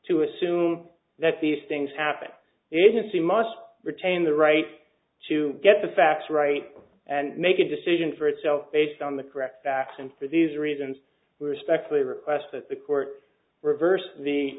to assume that these things happen is a c must retain the right to get the facts right and make a decision for itself based on the correct facts and for these reasons we respectfully request that the court reversed the